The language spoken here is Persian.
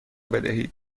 بدهید